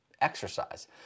exercise